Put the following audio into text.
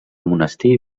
monestir